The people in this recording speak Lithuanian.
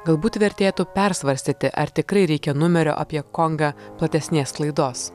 galbūt vertėtų persvarstyti ar tikrai reikia numerio apie kongą platesnės sklaidos